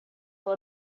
will